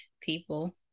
people